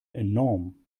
enorm